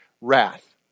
wrath